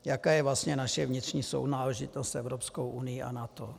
Jaká je vlastně naše vnitřní sounáležitost s Evropskou unií a NATO?